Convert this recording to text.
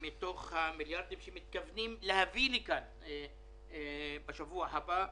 מתוך המיליארדים שמתכוונים להביא לכאן בשבוע הבא.